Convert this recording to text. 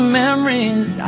memories